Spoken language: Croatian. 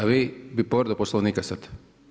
A vi bi povredu Poslovnika sad?